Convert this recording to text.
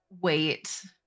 wait